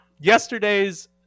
yesterday's